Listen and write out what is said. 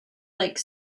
lake